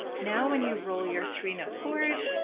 now when you roll your three note chord